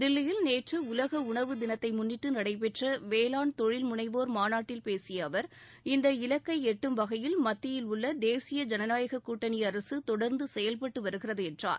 தில்லியில் நேற்று உலக உணவு தினத்தை முன்னிட்டு நடைபெற்ற வேளாண் தொழில் முனைவோர் மாநாட்டில் பேசிய அவர் இந்த இலக்கை எட்டும் வகையில் மத்தியில் உள்ள தேசிய ஜனநாயக கூட்டணி அரசு தொடர்ந்து செயல்பட்டு வருகிறது என்றார்